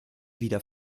wieder